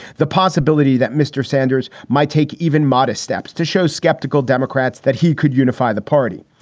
the possibility that mr. sanders might take even modest steps to show skeptical democrats that he could unify the party.